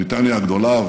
בריטניה הגדולה.